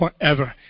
forever